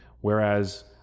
Whereas